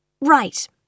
Right